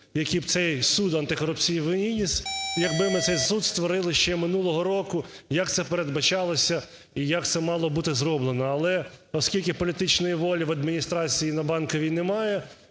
якби ми цей суд створили ще минулого року, як це передбачалося і як це мало бути зроблено. Але оскільки політичної волі в Адміністрації на Банковій немає,